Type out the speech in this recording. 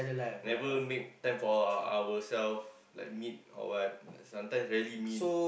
never make time for ourselves like meet or what sometime rarely meet